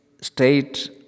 state